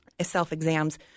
self-exams